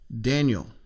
Daniel